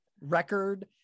record